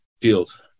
field